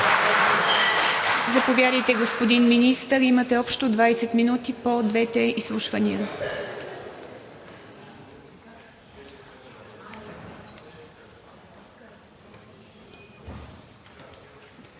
Заповядайте, господин Министър. Имате общо 20 минути по двете изслушвания.